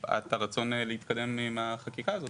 ומפאת הרצון להתקדם עם החקיקה הזאת,